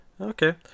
Okay